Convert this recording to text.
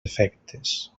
efectes